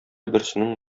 берсенең